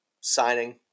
signing